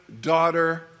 daughter